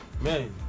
man